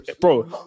Bro